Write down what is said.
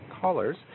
callers